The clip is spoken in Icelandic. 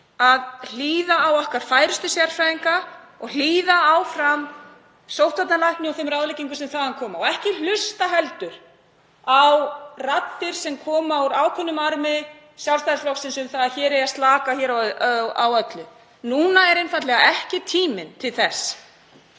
að hlýða á okkar færustu sérfræðinga og hlýða áfram sóttvarnalækni og þeim ráðleggingum sem þaðan koma og ekki hlusta heldur á raddir sem koma úr ákveðnum armi Sjálfstæðisflokksins um að hér eigi að slaka á öllu. Núna er einfaldlega ekki tíminn til þess,